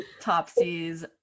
Topsy's